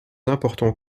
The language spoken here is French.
importants